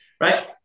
right